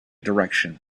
direction